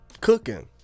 Cooking